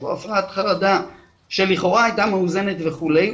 או הפרעת חרדה שלכאורה הייתה מאוזנת וכולי,